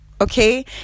Okay